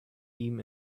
ihm